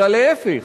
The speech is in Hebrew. אלא להיפך: